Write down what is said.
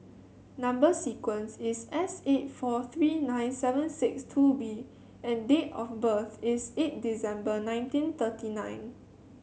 number sequence is S eight four three nine seven six two B and date of birth is eight December nineteen thirty nine